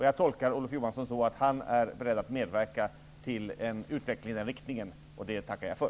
Jag tolkar Olof Johansson så att han är beredd att medverka till en utveckling i den riktningen, och det tackar jag för.